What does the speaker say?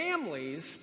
families